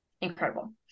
incredible